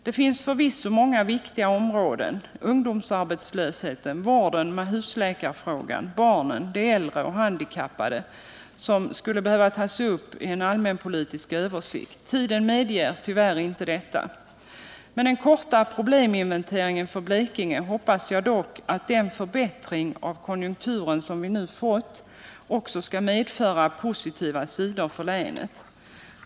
Det finns förvisso många viktiga områden — ungdomsarbetslösheten, vården och husläkarfrågan, barnen, de äldre och de handikappade —- som skulle behöva tas upp i en allmänpolitisk översikt. Tiden medger tyvärr inte detta. Efter denna korta probleminventering för Blekinge hoppas jag att den förbättring av konjunkturen som vi nu fått också skall medföra en positiv utveckling för länet.